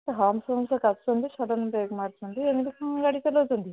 humps ଫମ୍ପସ କାଟୁଛନ୍ତି sudden brake ମାରୁଛନ୍ତି ଏମିତି କ'ଣ ଗାଡ଼ି ଚଲାଉଛନ୍ତି